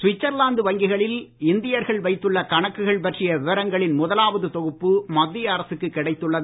Switzerland வங்கிகளில் இந்தியர்கள் வைத்துள்ள கணக்குகள் பற்றிய விவரங்களின் முதலாவது தொகுப்பு மத்திய அரசுக்கு கிடைத்துள்ளது